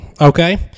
okay